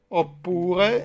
oppure